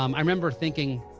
um i remember thinking